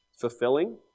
fulfilling